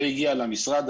היא לא הגיעה למשרד.